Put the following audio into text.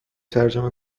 ترجمه